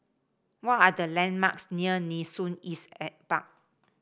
what are the landmarks near Nee Soon East Park